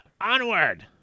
Onward